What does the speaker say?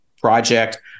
project